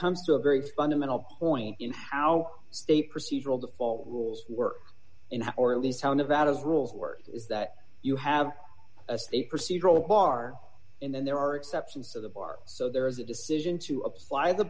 comes to a very fundamental point in how state procedural default rules work and how or at least how nevada's rules work is that you have a state procedural bar and then there are exceptions to the bar so there is a decision to apply the